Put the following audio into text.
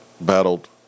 battled